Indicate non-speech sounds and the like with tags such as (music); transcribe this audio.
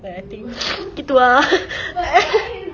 ya I think (noise) gitu ah (laughs)